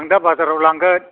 आं दा बाजाराव लांगोन